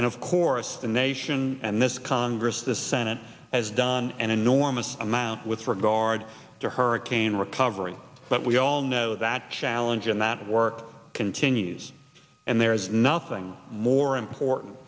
and of course the nation and this congress this senate has done an enormous amount with regard to hurricane recovery but we all know that challenge and that of work continues and there is nothing more important